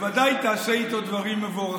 בוודאי תעשה איתו דברים מבורכים.